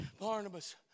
Barnabas